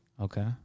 Okay